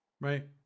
Right